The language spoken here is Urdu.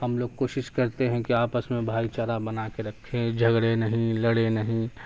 ہم لوگ کوشش کرتے ہیں کہ آپس میں بھائی چارہ بنا کے رکھیں جھگڑیں نہیں لڑیں نہیں